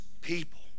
people